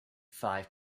five